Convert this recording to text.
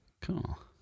cool